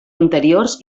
interiors